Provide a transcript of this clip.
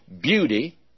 beauty